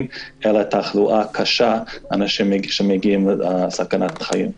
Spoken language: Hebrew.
אלא תחלואה קשה אנשים שמגיעים לסכנת חיים.